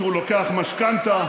כשהוא לוקח משכנתה,